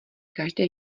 každé